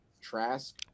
Trask